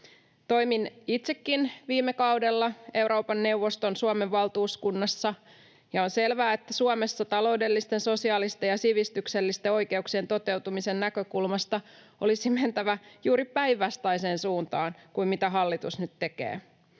Toimin itsekin viime kaudella Euroopan neuvoston Suomen valtuuskunnassa, ja on selvää, että Suomessa taloudellisten, sosiaalisten ja sivistyksellisten oikeuksien toteutumisen näkökulmasta olisi mentävä juuri päinvastaiseen suuntaan kuin mitä hallitus nyt tekee.